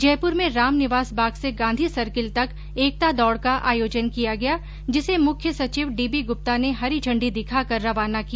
जयपुर में रामनिवास बाग से गांधी सर्किल तक एकता दौड़ का आयोजन किया गया जिसे मुख्य सचिव डी बी गुप्ता ने हरी झंडी दिखाकर रवाना किया